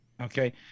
Okay